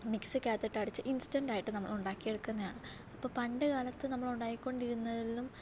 മിക്സിക്കാത്തിട്ട് അടച്ച് ഇൻസ്റ്റൻറ്റ് ആയിട്ട് നമ്മൾ ഉണ്ടാക്കിയെടുക്കുന്നതാണ് അപ്പോൾ പണ്ട്കാലത്ത് നമ്മൾ ഉണ്ടാക്കികൊണ്ടിരുന്നതിലും